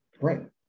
Right